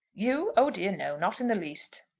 you oh dear, no not in the least.